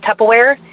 Tupperware